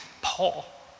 Paul